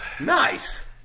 Nice